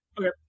Okay